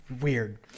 weird